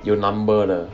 有 number 的